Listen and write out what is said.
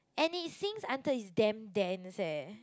and it sinks until is damn dense eh